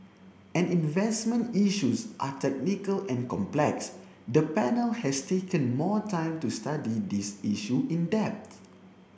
an investment issues are technical and complex the panel has taken more time to study this issue in depth